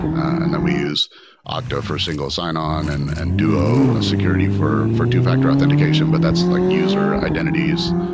and we use octa for single sign-on and and duo security for for two-factor authentication, but that's like user identities.